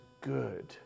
good